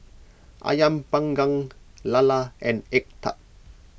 Ayam Panggang Lala and Egg Tart